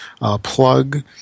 plug